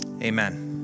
amen